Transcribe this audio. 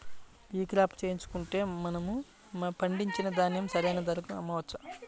ఈ క్రాప చేయించుకుంటే మనము పండించిన ధాన్యం సరైన ధరకు అమ్మవచ్చా?